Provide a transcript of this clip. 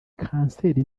kanseri